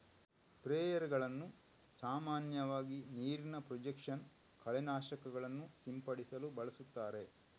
ಸ್ಪ್ರೇಯರುಗಳನ್ನು ಸಾಮಾನ್ಯವಾಗಿ ನೀರಿನ ಪ್ರೊಜೆಕ್ಷನ್ ಕಳೆ ನಾಶಕಗಳನ್ನು ಸಿಂಪಡಿಸಲು ಬಳಸುತ್ತಾರೆ